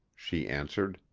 she answered,